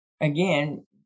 again